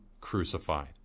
crucified